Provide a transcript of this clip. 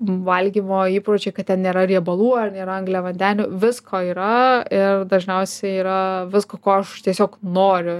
valgymo įpročiai kad ten nėra riebalų ar nėra angliavandenių visko yra ir dažniausiai yra visko ko aš tiesiog noriu